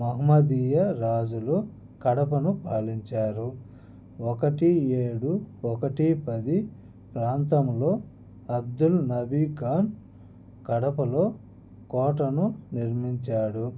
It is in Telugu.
మహమ్మదీయ రాజులు కడపను పాలించారు ఒకటి ఏడు ఒకటి పది ప్రాంతంలో అబ్దుల్ నవీఖన్ కడపలో కోటను నిర్మించాడు